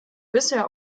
bisher